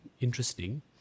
interesting